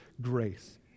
grace